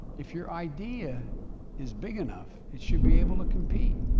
if your idea is big enough it should be able to compete.